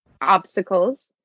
obstacles